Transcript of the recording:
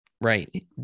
right